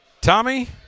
Tommy